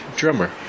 drummer